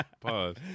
Pause